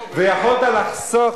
יכולת לחסוך,